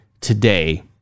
today